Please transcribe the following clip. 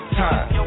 time